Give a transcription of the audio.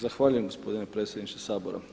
Zahvaljujem gospodine predsjedniče Sabora.